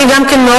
ואני גם מאוד,